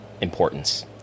importance